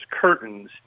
curtains